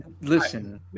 Listen